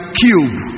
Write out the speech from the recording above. cube